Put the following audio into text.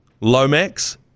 Lomax